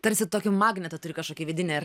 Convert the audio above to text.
tarsi tokį magnetą turi kažkokį vidinį ar